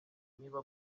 niba